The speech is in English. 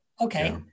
okay